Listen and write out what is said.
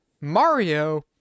Mario